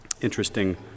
Interesting